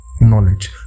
knowledge